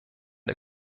der